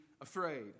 afraid